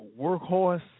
workhorse